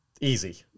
Easy